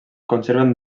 conserven